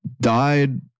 died